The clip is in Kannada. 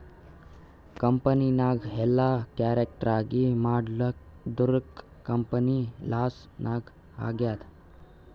ಕಂಪನಿನಾಗ್ ಎಲ್ಲ ಕರೆಕ್ಟ್ ಆಗೀ ಮಾಡ್ಲಾರ್ದುಕ್ ಕಂಪನಿ ಲಾಸ್ ನಾಗ್ ಆಗ್ಯಾದ್